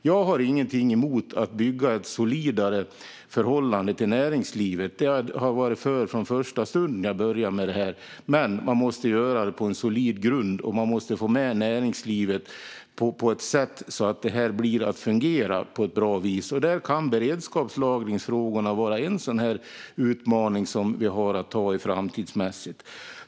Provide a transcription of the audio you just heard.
Jag har ingenting emot att bygga ett solidare förhållande med näringslivet - det har jag varit för från första stunden jag började med detta - men man måste göra det på solid grund. Man måste också få med näringslivet på ett sätt så att detta fungerar bra. Där kan beredskapslagringsfrågorna var en sådan utmaning som vi har att ta i framtidsmässigt.